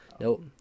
Nope